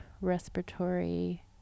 respiratory